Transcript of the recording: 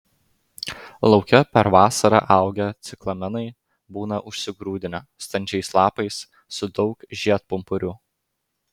lauke per vasarą augę ciklamenai būna užsigrūdinę standžiais lapais su daug žiedpumpurių